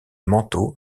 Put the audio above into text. manteau